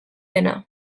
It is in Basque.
dena